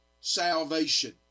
salvation